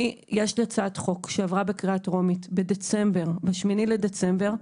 יש לי הצעת חוק שעברה בקריאה טרומית ב-8 לדצמבר.